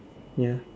ya